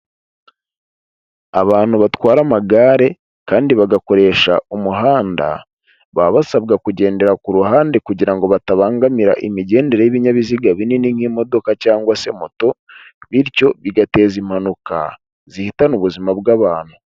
Abantu batwara amagare kandi bagakoresha umuhanda, baba basabwa kugendera ku ruhande kugira ngo batabangamira imigendere y'ibinyabiziga binini nk'imodoka cyangwa se moto, bityo bigateza impanuka zihitana ubuzima bw'abantu.